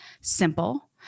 simple